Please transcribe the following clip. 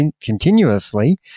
continuously